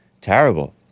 Terrible